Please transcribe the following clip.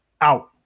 Out